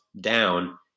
down